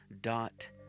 dot